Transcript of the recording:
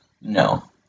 No